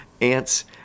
ants